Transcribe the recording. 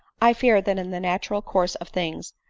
i fear, that in the natural course of things,